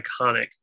iconic